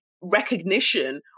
recognition